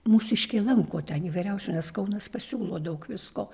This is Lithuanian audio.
mūsiškiai lanko ten įvairiausių nes kaunas pasiūlo daug visko